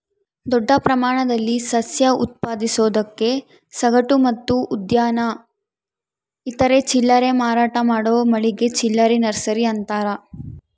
ದೊಡ್ಡ ಪ್ರಮಾಣದಲ್ಲಿ ಸಸ್ಯ ಉತ್ಪಾದಿಸೋದಕ್ಕೆ ಸಗಟು ಮತ್ತು ಉದ್ಯಾನ ಇತರೆ ಚಿಲ್ಲರೆ ಮಾರಾಟ ಮಾಡೋ ಮಳಿಗೆ ಚಿಲ್ಲರೆ ನರ್ಸರಿ ಅಂತಾರ